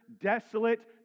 desolate